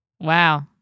Wow